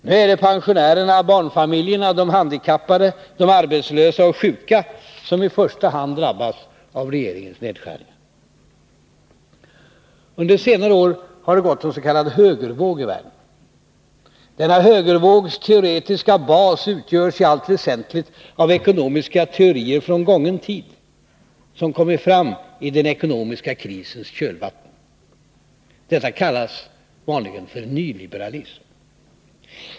Nu är det pensionärerna, barnfamiljerna, de handikappade, de arbetslösa och de sjuka som i första hand drabbas av regeringens nedskärningar. Under senare år har det gått en s.k. högervåg i världen. Denna högervågs teoretiska bas utgörs i allt väsentligt av ekonomiska teorier från gången tid, som kommit fram i den ekonomiska krisens kölvatten. Detta kallas vanligen för nyliberalism.